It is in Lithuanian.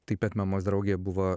taip pat mamos draugė buvo